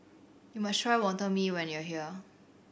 must try Wonton Mee when you are here